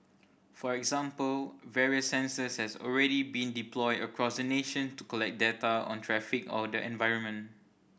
for example various sensors has already been deployed across the nation to collect data on traffic or the environment